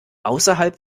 außerhalb